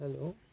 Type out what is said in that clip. hello